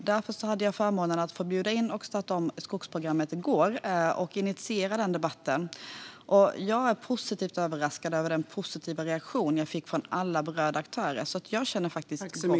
Därför hade jag förmånen att få bjuda in och starta om skogsprogrammet i går och då initiera den debatten. Och jag är positivt överraskad av den positiva reaktion jag fick från alla berörda aktörer, så jag känner faktiskt gott hopp.